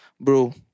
bro